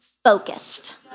focused